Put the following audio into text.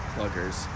Pluggers